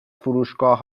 فروشگاه